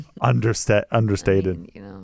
understated